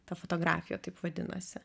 ta fotografija taip vadinasi